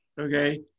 okay